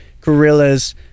gorillas